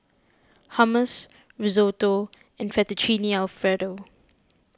Hummus Risotto and Fettuccine Alfredo